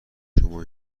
شما